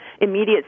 immediate